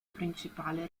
principale